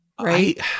right